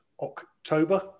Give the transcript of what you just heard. October